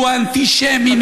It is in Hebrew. הוא אנטישמי,